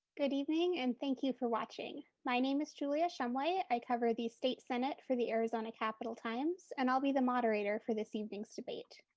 good evening and thank you for watching. my name is julia shumway, i cover the state senate for the arizona capitol times and i'll be the moderator for this evening's debate.